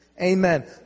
Amen